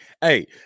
Hey